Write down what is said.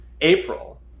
April